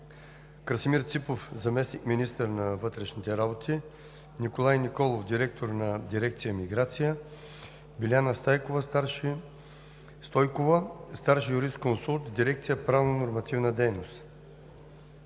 Красимир Ципов – заместник-министър на вътрешните работи, Николай Николов – директор на дирекция „Миграция“, Биляна Стойкова – старши юрисконсулт в дирекция „Правно-нормативна дейност“.